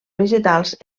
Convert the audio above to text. vegetals